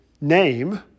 name